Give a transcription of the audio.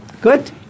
Good